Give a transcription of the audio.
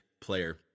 player